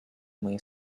moje